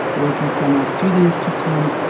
waiting for my students to come.